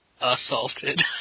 assaulted